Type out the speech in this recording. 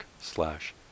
slash